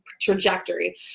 trajectory